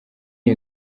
iyi